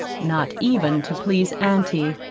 not even to please auntie.